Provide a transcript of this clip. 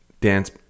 dance